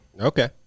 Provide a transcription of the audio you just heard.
Okay